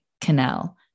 canal